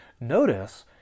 notice